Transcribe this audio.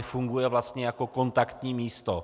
Funguje vlastně jako kontaktní místo.